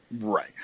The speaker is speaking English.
Right